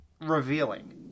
revealing